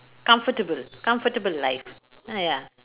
comfortable comfortable life uh ya